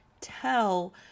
tell